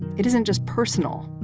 it isn't just personal,